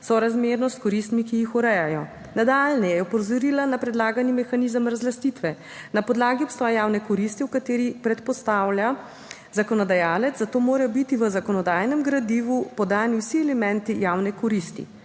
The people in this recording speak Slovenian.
sorazmernost koristmi, ki jih urejajo. Nadalje je opozorila na predlagani mehanizem razlastitve na podlagi obstoja javne koristi, v kateri predpostavlja zakonodajalec, zato morajo biti v zakonodajnem gradivu podani vsi elementi javne koristi.